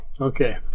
Okay